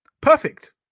perfect